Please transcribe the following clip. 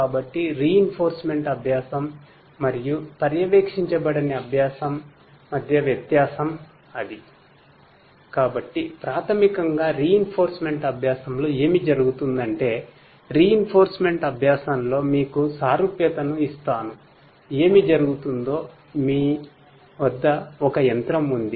కాబట్టి ప్రాథమికంగా రీఇనెఫొరుస్మెంట్ అభ్యాసంలో మీకు సారూప్యతను ఇస్తాను ఏమి జరుగుతుందో మీ వద్ద ఒక యంత్రం ఉంది